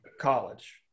college